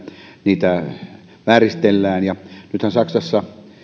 niitä vääristellään nythän saksassa